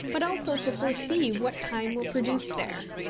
but also to foresee what time will produce there.